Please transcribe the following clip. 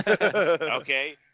Okay